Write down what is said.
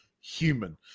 human